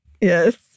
Yes